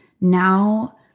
now